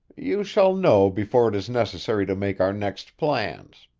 you shall know before it is necessary to make our next plans.